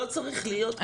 זה לא צריך להיות כך.